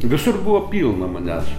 visur buvo pilna manęs